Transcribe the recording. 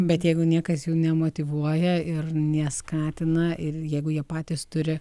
bet jeigu niekas jų nemotyvuoja ir neskatina ir jeigu jie patys turi